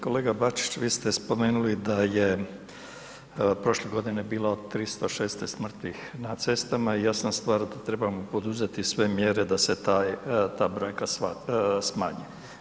Kolega Bačić, vi ste spomenuli da je prošle godine bilo 316 mrtvih na cestama i jasna stvar da trebamo poduzeti sve mjere da se ta brojka smanji.